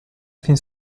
fin